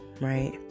Right